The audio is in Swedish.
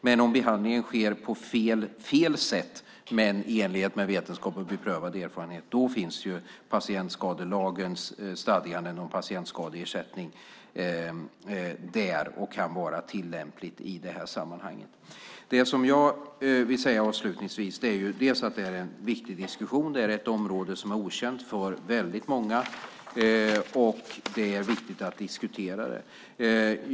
Men om behandlingen sker på fel sätt men i enlighet med vetenskap och beprövad erfarenhet finns patientskadelagens stadganden om patientskadeersättning som kan vara tillämpliga i det här sammanhanget. Avslutningsvis vill jag säga att det här är en viktig diskussion. Det är ett område som är okänt för väldigt många, och det är viktigt att diskutera det.